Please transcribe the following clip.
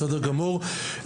בסדר גמור.